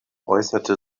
äußerte